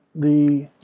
the